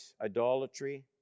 idolatry